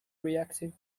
reactive